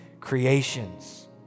creations